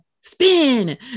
spin